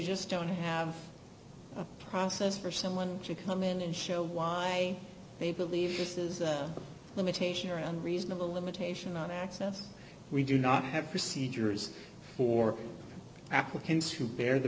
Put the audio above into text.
just don't have a process for someone to come in and show why they believe this is a limitation around reasonable limitation on access we do not have procedures for applicants who bear the